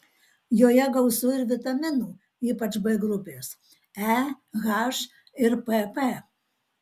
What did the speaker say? joje gausu ir vitaminų ypač b grupės e h ir pp